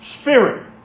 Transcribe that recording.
Spirit